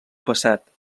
passat